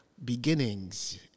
beginnings